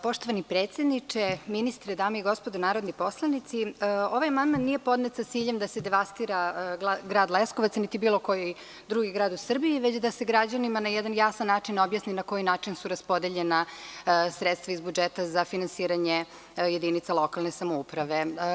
Poštovani predsedniče, ministre, dame i gospodo narodni poslanici, ovaj amandman nije podnet sa ciljem da se devastira Grad Leskovac, niti bilo koji drugi grad u Srbiji, već da se građanima na jedan jasan način objasni na koji način su raspodeljena sredstva iz budžeta za finansiranje jedinica lokalne samouprave.